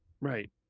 Right